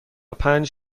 پنج